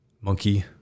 Monkey